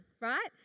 right